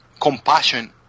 compassion